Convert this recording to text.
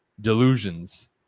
delusions